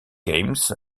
games